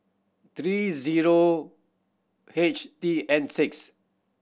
three zero H T N six